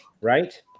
right